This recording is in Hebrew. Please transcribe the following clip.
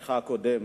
בתפקידך הקודם,